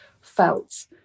felt